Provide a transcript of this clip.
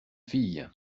fille